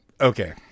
Okay